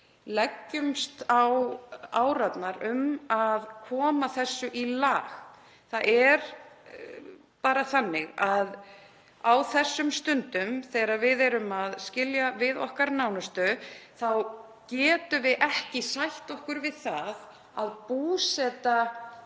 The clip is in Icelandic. leggjumst á árarnar um að koma þessu í lag. Það er bara þannig að á þessum stundum, þegar við erum að skilja við okkar nánustu, þá getum við ekki sætt okkur við það að búseta